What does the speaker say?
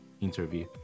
interview